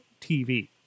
TV